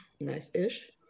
nice-ish